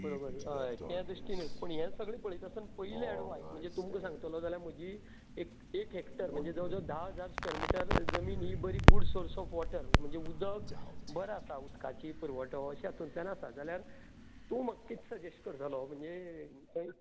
बरोबर होय तें दृश्टीन जर हें सगलें पळयता आसतना पयली एडवायज म्हणजे तुमका सांगतलो जाल्यार म्हजी वीस हेक्टर म्हणजे जवळ जवळ धा हजार स्क्वेअर मिटर जमीन ही बरी गूड सोर्स ऑफ वाॅटर म्हणजे उदक बरें आसा उदकाचो पुरवठो अशें हातूंतल्यान आसा जाल्यार तूं म्हाका कितें सजस्ट करतलो म्हणजे थंय